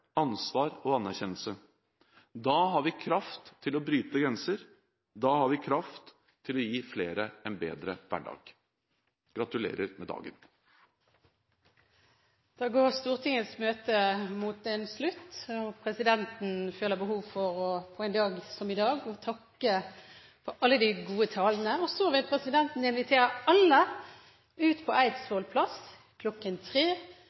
ansvar og anerkjennelse. Da har vi kraft til å bryte grenser, da har vi kraft til å gi flere en bedre hverdag. Gratulerer med dagen! Da går Stortingets møte mot en slutt, og presidenten føler, på en dag som denne, behov for å takke for alle de gode talene. Så vil presidenten invitere alle ut på